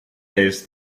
days